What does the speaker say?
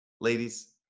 ladies